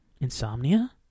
Insomnia